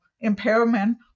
impairment